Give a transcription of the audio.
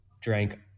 drank